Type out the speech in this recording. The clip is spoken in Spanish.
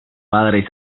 padres